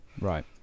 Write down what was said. Right